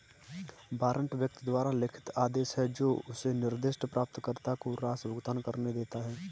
warrant व्यक्ति द्वारा लिखित आदेश है जो उसे निर्दिष्ट प्राप्तकर्ता को राशि भुगतान करने देता है